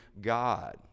God